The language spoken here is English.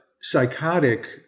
psychotic